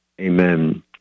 Amen